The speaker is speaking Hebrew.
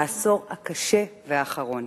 העשור הקשה והאחרון.